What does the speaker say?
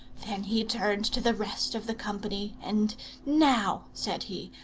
then he turned to the rest of the company, and now, said he,